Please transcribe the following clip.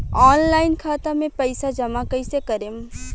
Online खाता मे पईसा जमा कइसे करेम?